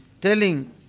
telling